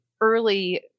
early